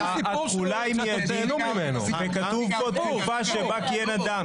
התחולה היא מיידית, וכתוב פה: תקופה שבה כיהן אדם.